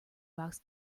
box